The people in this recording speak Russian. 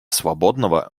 свободного